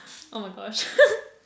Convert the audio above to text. oh my gosh